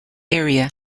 area